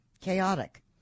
chaotic